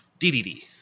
DDD